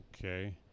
okay